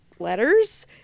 letters